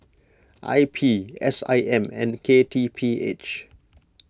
I P S I M and K T P H